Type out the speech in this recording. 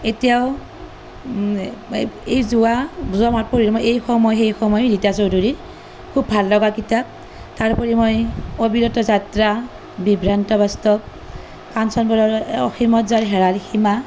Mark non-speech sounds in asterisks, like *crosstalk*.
এতিয়াও এই যোৱা *unintelligible* এই সময় সেই সময় ৰীতা চৌধুৰীৰ খুব ভাল লগা কিতাপ তাৰ উপৰি মই অবিৰত যাত্ৰা বিভ্ৰান্ত বাস্তৱ কাঞ্চন বৰুৱাৰ *unintelligible* অসীমত যাৰ হেৰাল সীমা